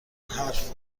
حرف